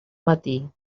matí